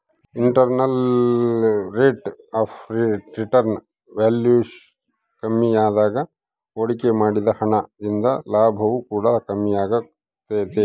internal rate of return value ಕಮ್ಮಿಯಾದಾಗ ಹೂಡಿಕೆ ಮಾಡಿದ ಹಣ ದಿಂದ ಲಾಭವು ಕೂಡ ಕಮ್ಮಿಯಾಗೆ ತೈತೆ